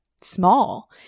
small